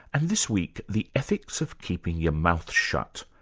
and this week, the ethics of keeping your mouth shut.